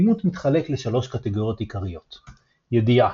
אימות מתחלק לשלוש קטגוריות עיקריות ידיעה.